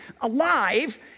alive